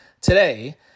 today